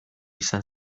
izan